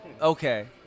Okay